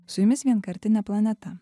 su jumis vienkartinė planeta